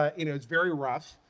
ah you know it's very rough,